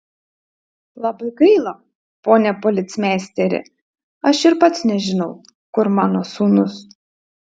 labai gaila pone policmeisteri aš ir pats nežinau kur mano sūnus